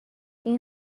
این